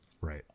right